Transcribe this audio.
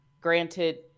granted